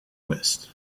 west